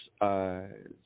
eyes